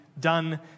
done